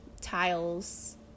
tiles